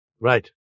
right